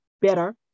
better